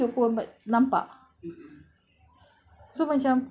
our intention is not macam kita tak nak tunjuk pun but nampak